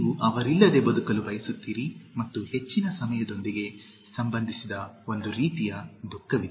ನೀವು ಅವರಿಲ್ಲದೆ ಬದುಕಲು ಬಯಸುತ್ತೀರಿ ಮತ್ತು ಹೆಚ್ಚಿನ ಸಮಯದೊಂದಿಗೆ ಸಂಬಂಧಿಸಿದ ಒಂದು ರೀತಿಯ ದುಃಖವಿದೆ